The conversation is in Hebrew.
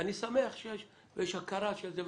ואני שמח שיש, ויש הכרה של זה.